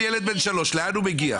לאן הוא מגיע?